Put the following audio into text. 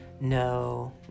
No